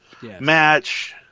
match